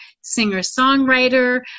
singer-songwriter